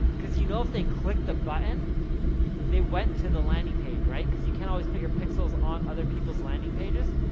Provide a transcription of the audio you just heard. cause you know if they click the button they went to the landing page right, because you can't always put your pixels on other people's landing pages,